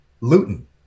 Luton